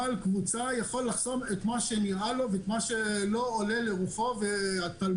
בעל קבוצה יכול לחסום את מה שנראה לו ואינו לרוחו ולתלמודו,